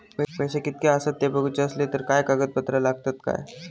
पैशे कीतके आसत ते बघुचे असले तर काय कागद पत्रा लागतात काय?